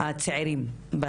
הצעירים.